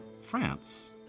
France